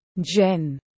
Jen